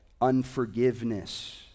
unforgiveness